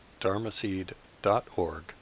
dharmaseed.org